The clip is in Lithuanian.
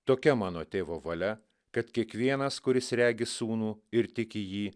tokia mano tėvo valia kad kiekvienas kuris regi sūnų ir tiki jį